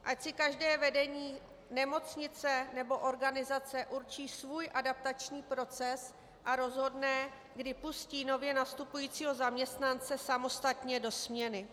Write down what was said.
Ať si každé vedení nemocnice nebo organizace určí svůj adaptační proces a rozhodne, kdy pustí nově nastupujícího zaměstnance samostatně do směny.